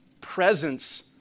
presence